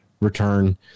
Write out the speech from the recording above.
return